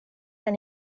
and